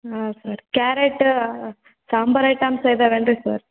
ಹಾಂ sir carrot sambar items ಇದಾವೆ ಏನ್ರಿ ಸರ್